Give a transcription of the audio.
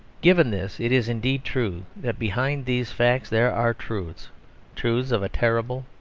given this, it is indeed true that behind these facts there are truths truths of a terrible,